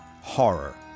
horror